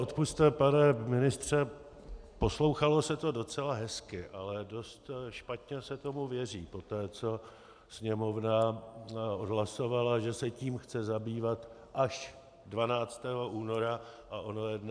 Odpusťte, pane ministře, poslouchalo se to docela hezky, ale dost špatně se tomu věří poté, co Sněmovna odhlasovala, že se tím chce zabývat až 12. února, a ono je dnes 26. ledna.